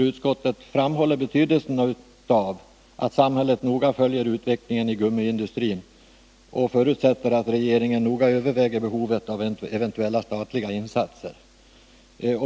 Utskottet framhåller nämligen betydelsen av att ”samhället noga följer utvecklingen inom gummiindustrin” och förutsätter att regeringen ”noga överväger behovet av eventuella statliga insatser”.